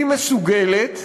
היא מסוגלת,